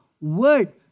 word